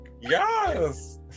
Yes